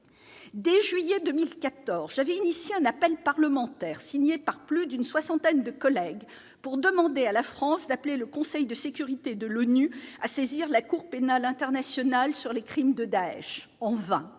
dès juillet 2014 j'avais initié en appel parlementaire signée par plus d'une soixantaine de collègues pour demander à la France d'appeler le Conseil de sécurité de l'ONU à saisir la Cour pénale internationale sur les crimes de Daech en vain